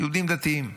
יהודים דתיים,